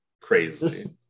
Crazy